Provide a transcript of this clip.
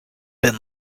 been